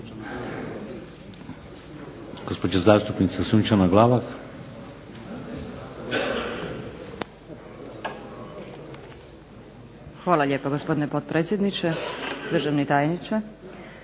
Hvala lijepa gospodine potpredsjedniče, državni tajniče.